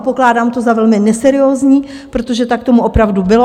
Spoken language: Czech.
A pokládám to za velmi neseriózní, protože tak tomu opravdu bylo.